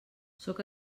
sóc